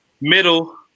middle